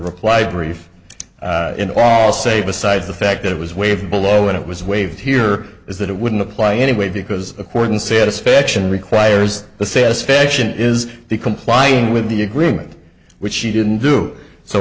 reply brief in all say besides the fact that it was waived below when it was waived here is that it wouldn't apply anyway because according satisfaction requires the satisfaction is complying with the agreement which she didn't do so